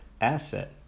asset